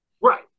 Right